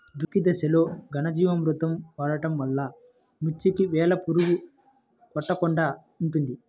దుక్కి దశలో ఘనజీవామృతం వాడటం వలన మిర్చికి వేలు పురుగు కొట్టకుండా ఉంటుంది?